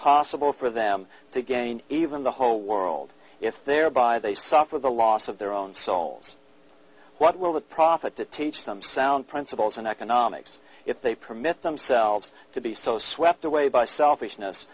possible for them to gain even the whole world if their by they suffer the loss of their own souls what will the profit to teach them sound principles in economics if they permit themselves to be so swept away by selfishness